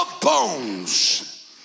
bones